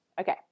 Okay